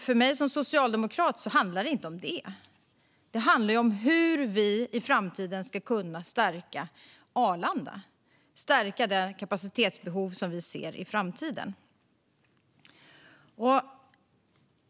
För mig som socialdemokrat handlar det inte om detta, utan det handlar om hur vi i framtiden ska kunna stärka Arlanda och det kapacitetsbehov vi ser där i framtiden.